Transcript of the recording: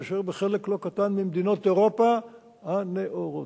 מאשר בחלק ממדינות אירופה הנאורות.